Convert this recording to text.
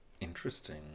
Interesting